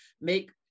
make